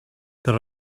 there